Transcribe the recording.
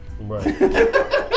Right